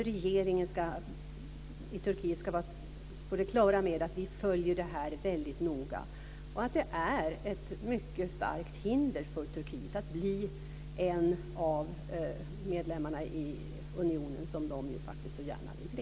Regeringen i Turkiet ska vara på det klara med att vi följer detta väldigt noga och att det är ett mycket starkt hinder för Turkiet att bli en av medlemmarna i unionen, som man ju faktiskt så gärna vill bli.